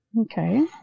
Okay